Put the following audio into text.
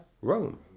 Rome